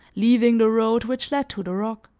leaving the road which led to the rock.